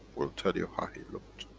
will tell you how he looked.